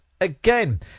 again